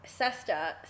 SESTA